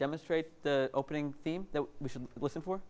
demonstrate the opening theme that we should listen for